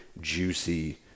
juicy